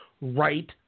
right